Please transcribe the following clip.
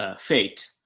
ah fate,